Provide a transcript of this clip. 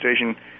station